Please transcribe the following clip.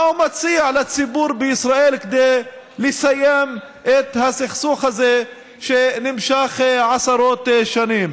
מה הוא מציע לציבור בישראל כדי לסיים את הסכסוך הזה שנמשך עשרות שנים?